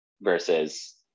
Versus